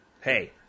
Hey